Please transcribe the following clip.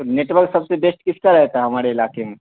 تو network سب سے بیسٹ کس کا رہتا ہے ہمارے علاقے میں